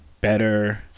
better